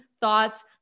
thoughts